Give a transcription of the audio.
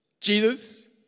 jesus